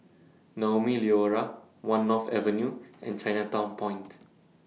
Naumi Liora one North Avenue and Chinatown Point